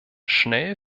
schnell